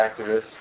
activist